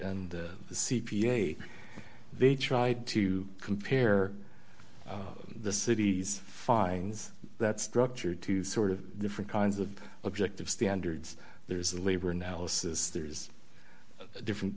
and the c p a they tried to compare the city's fines that structure to sort of different kinds of objective standards there's a labor analysis there's different